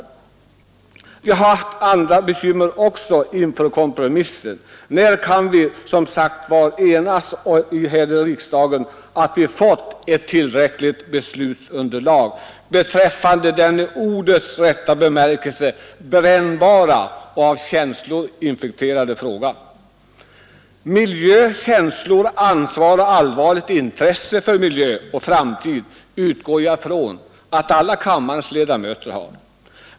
Jag har också haft andra bekymmer inför kompromissen. När kan vi, som sagt, enas här i riksdagen om att vi fått ett tillräckligt beslutsunderlag beträffande den här i ordets rätta bemärkelse brännbara och av känslor infekterade frågan? Känsla, ansvar och allvarligt intresse för miljö och framtid utgår jag ifrån att alla kammarens ledamöter har.